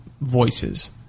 voices